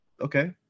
Okay